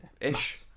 ish